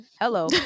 Hello